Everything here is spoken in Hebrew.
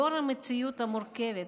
לאור המציאות המורכבת